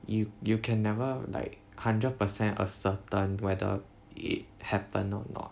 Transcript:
you you can never like hundred percent ascertain whether it happened or not